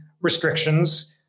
restrictions